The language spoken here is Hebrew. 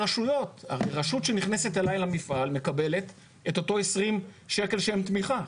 רשות שנכנסת אלי למפעל מקבלת את אותו 20 שקל של תמיכה,